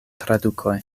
tradukoj